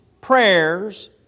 prayers